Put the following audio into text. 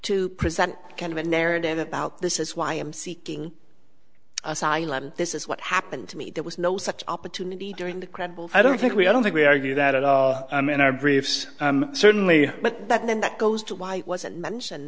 to present kind of a narrative about this is why i'm seeking asylum this is what happened to me there was no such opportunity during the credible i don't think we i don't think we argue that at all and i briefs certainly but that then that goes to why was it mentioned